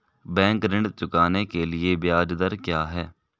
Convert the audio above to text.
Bank ऋण चुकाने के लिए ब्याज दर क्या है?